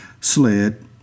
Sled